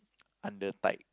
under tight